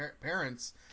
parents